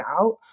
out